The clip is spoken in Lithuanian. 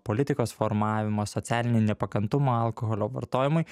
politikos formavimą socialinį nepakantumą alkoholio vartojimui